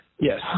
Yes